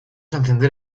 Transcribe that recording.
encender